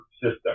system